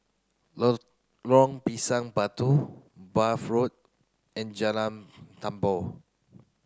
Pisang Batu Bath Road and Jalan Tambur